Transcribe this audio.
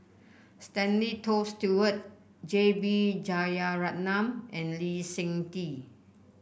Stanley Toft Stewart J B Jeyaretnam and Lee Seng Tee